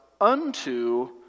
unto